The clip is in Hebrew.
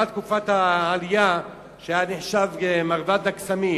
בעליית "מרבד הקסמים".